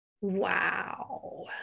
wow